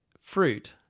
fruit